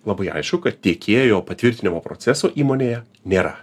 labai aišku kad tiekėjo patvirtinimo proceso įmonėje nėra